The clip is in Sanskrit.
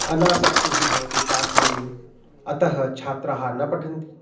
अनासक्तिः भवति पाठने अतः छात्राः न पठन्ति